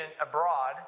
abroad